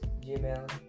Gmail